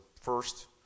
first